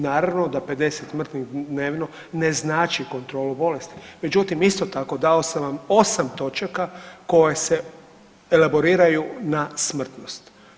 Naravno da 50 mrtvih dnevno ne znači kontrolu bolesti, međutim isto tako dao sam vam osam točaka koje se elaboriraju na smrtnost.